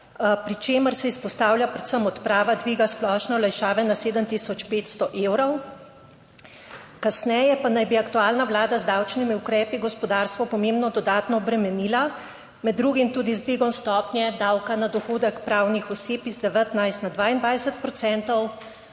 pri čemer se izpostavlja predvsem odprava dviga splošne olajšave na 7 tisoč 500 evrov, kasneje pa naj bi aktualna Vlada z davčnimi ukrepi gospodarstvo pomembno dodatno obremenila, med drugim tudi z dvigom stopnje davka na dohodek pravnih oseb iz 19 na 22 procentov,